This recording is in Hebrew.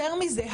יותר מזה,